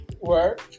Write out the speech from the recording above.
work